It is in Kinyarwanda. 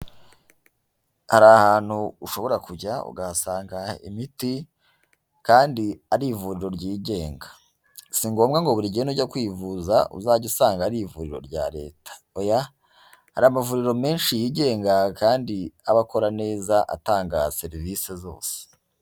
Hari ahantu ushobora kujya ukahasanga imiti, kandi ari ivuriro ryigenga. Si ngombwa ngo buri gihe nujya kwivuza uzajye usanga ari ivuriro rya Leta. Oya, hari amavuriro menshi yigenga kandi aba akora neza atanga serivisi zose.